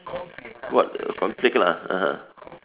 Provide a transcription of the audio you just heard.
what conflict lah (uh huh)